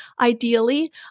ideally